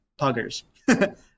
puggers